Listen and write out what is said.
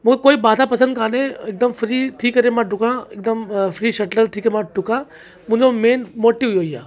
मूंखे कोई बाधा पसंदि कोन्हे हिकदमि फ़्री थी करे मां ॾुकां हिकदमि फ़्री शटलर थी करे मां ॾुकां मुंहिंजो मेन मोटिव इहेई आहे